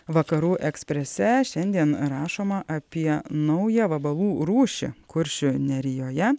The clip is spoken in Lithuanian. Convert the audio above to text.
vakarų eksprese šiandien rašoma apie naują vabalų rūšį kuršių nerijoje